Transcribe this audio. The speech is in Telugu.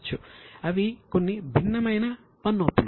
అవి కొన్ని భిన్నమైన పన్ను అప్పులు